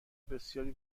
بسیاری